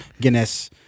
Guinness